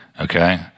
okay